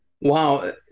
Wow